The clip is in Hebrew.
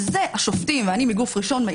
אני מעידה על זה בגוף ראשון,